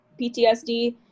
PTSD